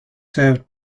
served